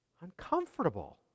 uncomfortable